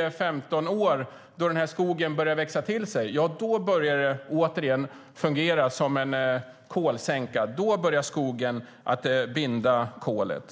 10-15 år då skogen börjar växa till sig fungerar det återigen som en kolsänka; då börjar skogen binda kolet.